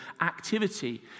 activity